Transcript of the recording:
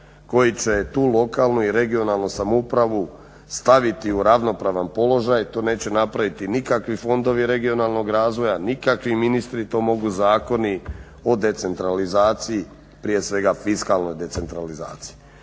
koji će tu lokalnu i regionalnu samoupravu staviti u ravnopravan položaj. To neće napraviti nikakvi fondovi regionalnog razvoja, nikakvi ministri, to mogu zakoni o decentralizaciji prije svega fiskalnoj decentralizaciji.